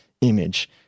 image